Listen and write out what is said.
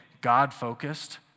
God-focused